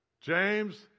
James